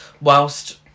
whilst